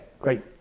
great